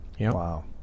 Wow